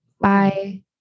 Bye